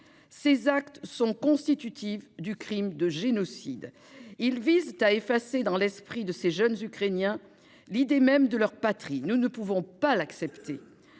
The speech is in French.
Ces actes sont constitutifs du crime de génocide. Ils visent à effacer dans l'esprit de ces jeunes ukrainiens l'idée même de leur patrie. Nous ne pouvons pas l'accepter.